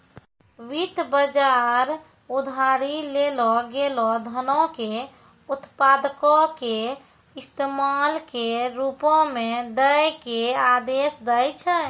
वित्त बजार उधारी लेलो गेलो धनो के उत्पादको के इस्तेमाल के रुपो मे दै के आदेश दै छै